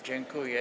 Dziękuję.